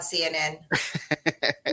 CNN